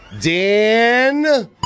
Dan